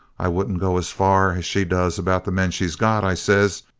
i wouldn't go as far as she does about the men she's got i says,